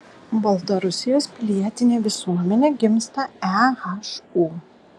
baltarusijos pilietinė visuomenė gimsta ehu